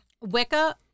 Wicca